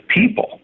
people